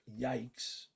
yikes